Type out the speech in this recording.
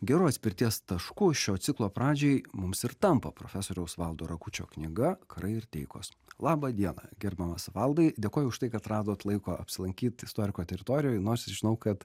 geru atspirties tašku šio ciklo pradžiai mums ir tampa profesoriaus valdo rakučio knyga karai ir taikos laba diena gerbiamas valdai dėkoju už tai kad radot laiko apsilankyt istoriko teritorijoj nors ir žinau kad